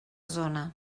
zona